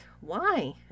Why